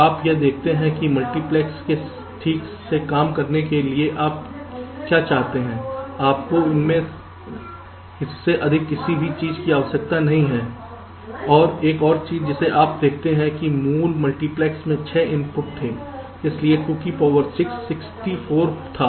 आप यह देखते हैं कि मल्टीप्लेक्स के ठीक से काम करने के लिए आप क्या चाहते हैं आपको इससे अधिक किसी भी चीज की आवश्यकता नहीं है और एक और चीज जिसे आप देखते हैं कि मूल मल्टीप्लेक्स में 6 इनपुट थे इसलिए 26 64 था